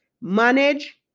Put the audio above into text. manage